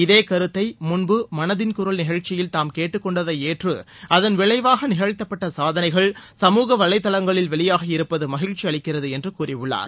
இதே கருத்தை முன்பு மனதின் குரல் நிகழ்ச்சியில் தாம் கேட்டுக் கொண்டதை ஏற்று அகுன் விளைவாக நிகழ்த்தப்பட்ட சாதனைகள் சமூக வலைதளங்களில் வெளியாகி இருப்பது மகிழ்ச்சி அளிக்கிறது என்று கூறியுள்ளார்